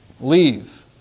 leave